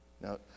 Now